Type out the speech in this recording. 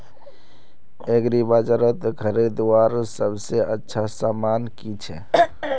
एग्रीबाजारोत खरीदवार सबसे अच्छा सामान की छे?